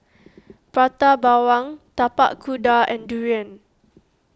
Prata Bawang Tapak Kuda and Durian